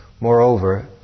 Moreover